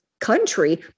country